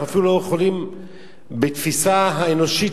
אנחנו אפילו לא יכולים בתפיסה האנושית